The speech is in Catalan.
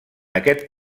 aquest